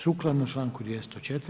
Sukladno članku 204.